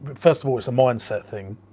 but first of all its a mindset thing.